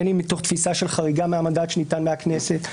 בין אם מתוך תפיסה של חריגה מהמנדט שניתן מהכנסת,